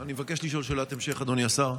אני מבקש לשאול שאלת המשך, אדוני השר.